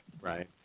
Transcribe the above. Right